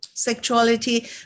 sexuality